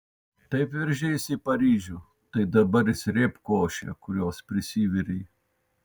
taip veržeisi į paryžių tai dabar ir srėbk košę kurios prisivirei